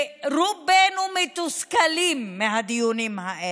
ורובנו מתוסכלים מהדיונים האלה,